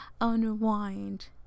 unwind